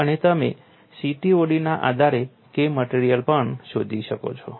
અને તમે CTOD ના આધારે K મટેરીઅલ પણ શોધી શકો છો